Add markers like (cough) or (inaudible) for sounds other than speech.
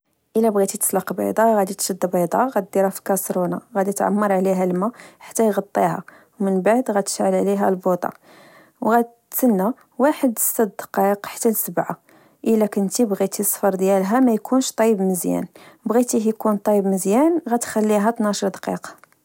إلا بغيتي تصلق بيضة، غدي تشد بيضة، غدي ديرها في كسرونة، غدي تعمر عليها الما حتى يغطيها، ومن بعد غتشعل عليها البوطة، و (hesitation) غتسنى واحد ستات دقايق حتى لسبعة إلا كنتي بغيتي صفر ديالها ميكونش طايب مزيان، بغيتيه يكون طايب مزيان غتخليها تناش دقيقة